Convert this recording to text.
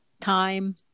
time